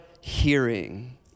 hearing